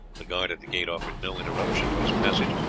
the guard at the gate offered no interruption to his passage,